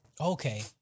Okay